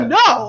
no